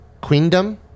queendom